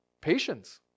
patience